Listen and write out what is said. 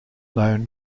known